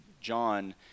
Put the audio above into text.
John